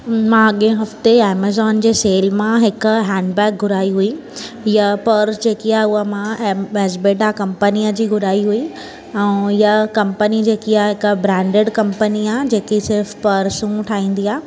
मां अॻे हफ़्ते एमेज़ॉन जे सेल मां हिकु हेन्ड बैग घुराई हुई हीअ पर्स जेकी आहे मां बेसबेडा कम्पनीअ जी घुराई हुई ऐं हिय कम्पनी जेकी आहे हिकु ब्रांडेड कम्पनी आहे जेकी सिर्फ़ु पर्सूं ठाहींदी आहे